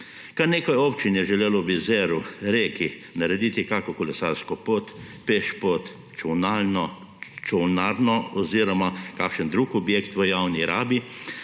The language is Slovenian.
Kar nekaj občin je želelo ob jezeru, reki narediti kakšno kolesarsko pot, pešpot, čolnarno oziroma kakšen drug objekt v javni rabi,